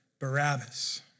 Barabbas